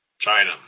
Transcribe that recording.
China